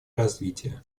развития